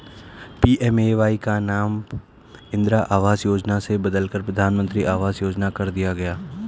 PMAY का नाम इंदिरा आवास योजना से बदलकर प्रधानमंत्री आवास योजना कर दिया गया